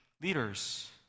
Leaders